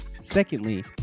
Secondly